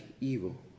evil